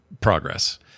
progress